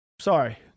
Sorry